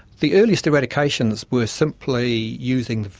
the earliest eradications were simply using.